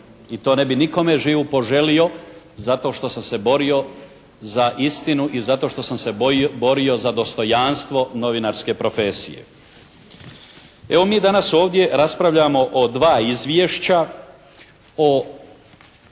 i to ne bi nikome živu poželio zato što sam se borio za istinu i zato što sam se borio za dostojanstvo novinarske profesije. Evo mi danas ovdje raspravljamo o dva izvješća, o